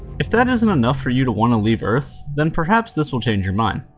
if that isn't enough for you to want to leave earth, then perhaps this will change your mind.